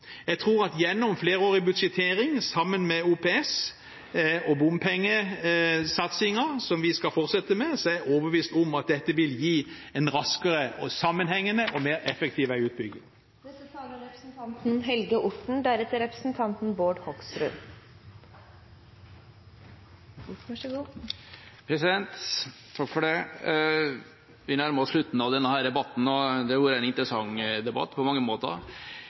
jeg overbevist om at dette vil gi en raskere og mer sammenhengende og effektiv veiutbygging. Vi nærmer oss slutten av denne debatten. Det har vært en interessant debatt på mange måter.